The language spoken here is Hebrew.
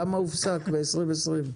למה הופסקו הסקרים ב-2020?